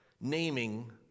naming